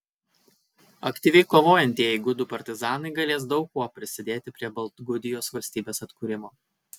aktyviai kovojantieji gudų partizanai galės daug kuo prisidėti prie baltgudijos valstybės atkūrimo